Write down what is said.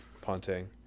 Ponting